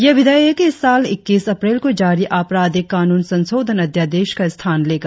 यह विधेयक इस साल इक्कीस अप्रैल को जारी आपराधिक कानून संशोधन अध्यादेश का स्थान लेगा